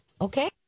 okay